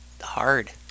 hard